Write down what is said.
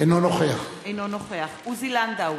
אינו נוכח עוזי לנדאו,